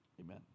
Amen